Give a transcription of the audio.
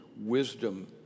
wisdom